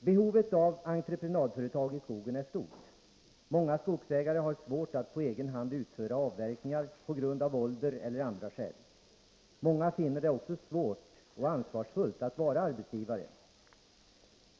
Behovet av entreprenadföretag i skogen är stort. Många skogsägare har svårt att på egen hand utföra avverkningar, på grund av ålder eller av andra skäl. Många finner det också svårt och ansvarsfullt att vara arbetsgivare.